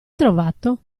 trovato